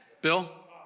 Bill